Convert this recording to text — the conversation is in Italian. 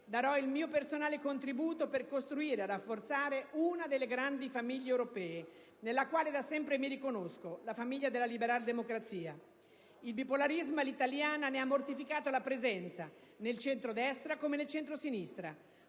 darò il mio personale contributo per costruire e rafforzare una delle grandi famiglie europee, nella quale da sempre mi riconosco: la famiglia della liberaldemocrazia. Il bipolarismo all'italiana ne ha mortificato la presenza, nel centrodestra come nel centrosinistra;